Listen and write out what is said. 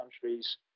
countries